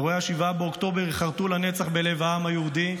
אירועי 7 באוקטובר ייחרתו לנצח בלב העם היהודי,